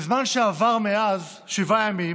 בזמן שעבר מאז, שבעה ימים,